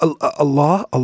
Allah